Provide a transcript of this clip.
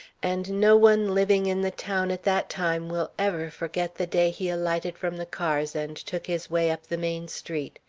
and no one living in the town at that time will ever forget the day he alighted from the cars and took his way up the main street.